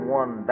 one